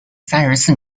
三十四